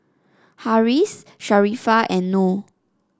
Harris Sharifah and Noh